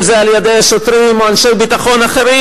אם על-ידי שוטרים ואם על-ידי אנשי ביטחון אחרים.